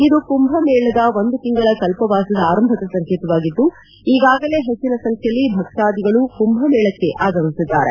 ಇದು ಕುಂಭಮೇಳದ ಒಂದು ತಿಂಗಳ ಕಲ್ಪವಾಸದ ಆರಂಭದ ಸಂಕೇತವಾಗಿದ್ದು ಈಗಾಗಲೇ ಹೆಚ್ಚಿನ ಸಂಖ್ಯೆಯಲ್ಲಿ ಭಕ್ತಾದಿಗಳು ಕುಂಭಮೇಳಕ್ಕೆ ಆಗಮಿಸಿದ್ದಾರೆ